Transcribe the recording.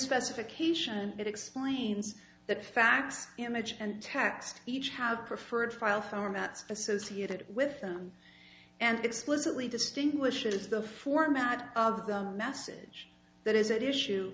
specification it explains that facts image and text each have preferred file formats associated with them and explicitly distinguishes the format of the message that is it issue